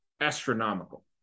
astronomical